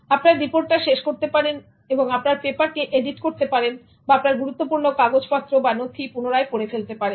আপনার রিপোর্ট টা শেষ করতে পারেন এবং আপনার পেপার কে এডিট করতে পারেন বা আপনার গুরুত্বপূর্ণ কাগজপত্র বা নথি পুনরায় পড়ে ফেলতে পারেন